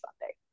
Sunday